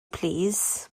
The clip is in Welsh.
plîs